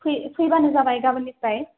फै फैबानो जाबाय गाबोननिफ्राय